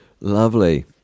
lovely